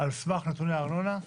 על סמך נתוני הארנונה,